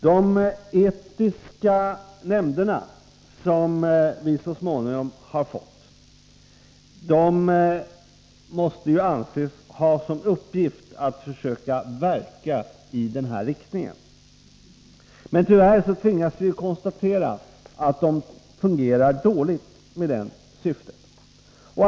De etiska nämnderna, som vi så småningom har fått, måste anses ha som uppgift att försöka verka i den här riktningen. Men tyvärr tvingas vi konstatera att nämnderna fungerar dåligt i det avseendet.